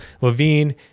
Levine